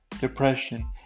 depression